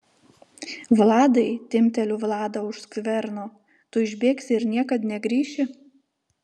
vladai timpteliu vladą už skverno tu išbėgsi ir niekad negrįši